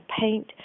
paint